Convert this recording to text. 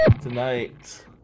Tonight